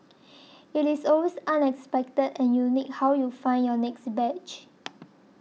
it is always unexpected and unique how you find your next badge